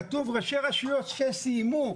כתוב ראשי רשויות שסיימו.